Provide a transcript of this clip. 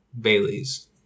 Bailey's